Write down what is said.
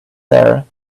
there